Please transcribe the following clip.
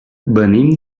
venim